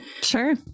Sure